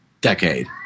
decade